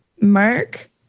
Mark